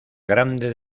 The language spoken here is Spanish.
grande